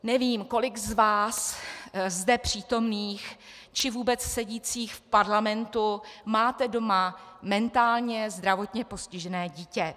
Nevím, kolik z vás zde přítomných či vůbec sedících v parlamentu máte doma mentálně zdravotně postižené dítě.